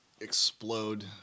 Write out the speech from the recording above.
explode